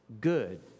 good